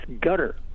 gutter